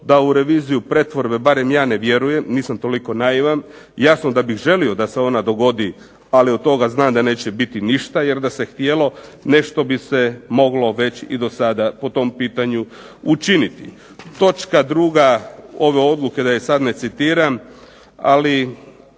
da u reviziju pretvorbe, barem ja ne vjerujem, nisam toliko naivan, jasno da bih želio da se ona dogodi ali od toga znam da neće biti ništa jer da se htjelo nešto bi se moglo već do sada po tom pitanju učiniti. Točka 2. ove Odluke da ju sada ne citiram, ako